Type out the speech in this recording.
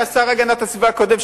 השר להגנת הסביבה הקודם,